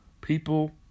People